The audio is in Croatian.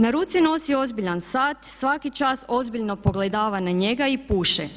Na ruci nosi ozbiljan sat, svaki čak ozbiljno pogledava na njega i puše.